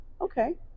okay